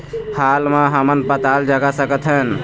हाल मा हमन पताल जगा सकतहन?